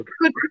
good